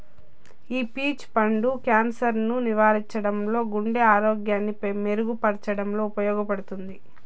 ఈ పీచ్ పండు క్యాన్సర్ ను నివారించడంలో, గుండె ఆరోగ్యాన్ని మెరుగు పరచడంలో ఉపయోగపడుతుంది